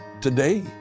Today